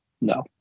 No